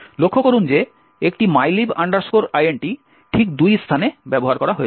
লক্ষ্য করুন যে একটি mylib int ঠিক দুটি স্থানে ব্যবহার করা হয়েছে